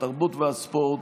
התרבות והספורט